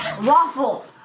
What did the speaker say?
Waffle